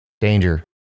Danger